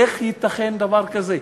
איך ייתכן דבר כזה?